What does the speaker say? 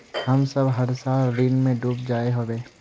हम सब हर साल ऋण में डूब जाए हीये?